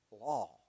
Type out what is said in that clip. law